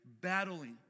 battling